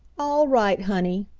all right, honey,